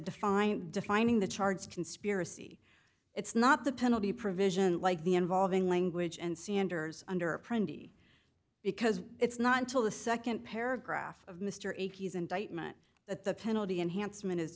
defined defining the charges conspiracy it's not the penalty provision like the involving language and see ender's under because it's not until the nd paragraph of mr ickes indictment that the penalty enhancement is